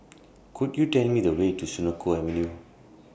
Could YOU Tell Me The Way to Senoko Avenue